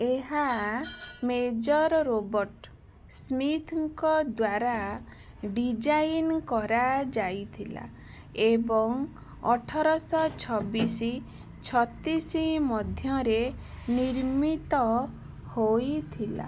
ଏହା major Robert ସ୍ମିଥ୍ଙ୍କ ଦ୍ୱାରା ଡିଜାଇନ୍ କରାଯାଇଥିଲା ଏବଂ ଅଠରଶହ ଛବିଶି ଛତିଶି ମଧ୍ୟରେ ନିର୍ମିତ ହୋଇଥିଲା